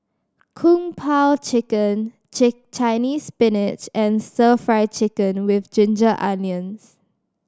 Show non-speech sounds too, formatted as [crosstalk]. Kung Po Chicken [unintelligible] Chinese Spinach and Stir Fry Chicken with ginger onions